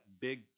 big